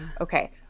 Okay